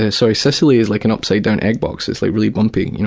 ah sorry sicily is like an upside down egg box. it's like really bumpy, you